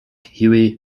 huey